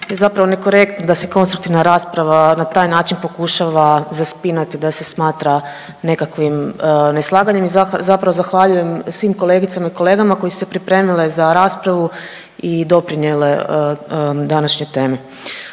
zapravo nekorektno da se konstruktivna rasprava na taj način pokušava „zaspinati“, da se smatra nekakvim neslaganjem. Zapravo zahvaljujem svim kolegicama i kolegama koji su se pripremile za raspravu i doprinijele današnjoj temi.